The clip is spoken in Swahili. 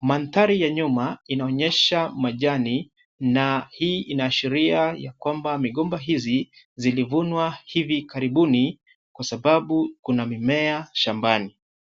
Mandhari ya nyuma inaonyesha majani na hii inaashiria ya kwamba migomba hizi zilivunwa hivi karibuni kwa sababu kuna mimea shambani.